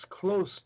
close